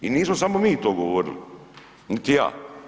I nismo samo mi to govorili niti ja.